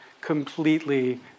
completely